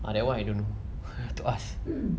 ah that [one] I don't know have to ask